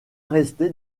resté